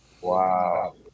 Wow